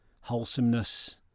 wholesomeness